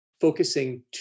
focusing